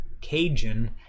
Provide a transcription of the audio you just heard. Cajun